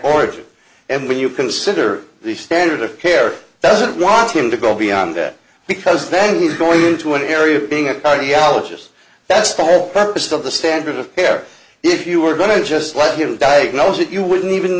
origin and when you consider the standard of care doesn't want him to go beyond that because then he's going into an area of being a cardiologist that's the whole purpose of the standard of care if you were going to just let him diagnose it you wouldn't even